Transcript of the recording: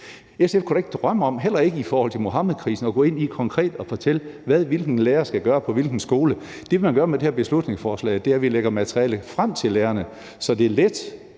SF kunne da ikke drømme om – heller ikke i forhold til Muhammedkrisen – at gå ind og fortælle konkret, hvad hvilken lærer skal gøre på hvilken skole. Det, man vil gøre med det her beslutningsforslag, er, at vi lægger materiale frem til lærerne, så der er let